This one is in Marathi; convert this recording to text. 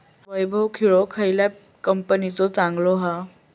वैभव विळो खयल्या कंपनीचो चांगलो हा?